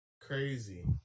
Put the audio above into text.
crazy